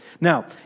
Now